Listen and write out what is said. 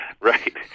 Right